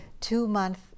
two-month